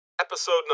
episode